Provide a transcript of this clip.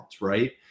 right